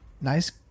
Nice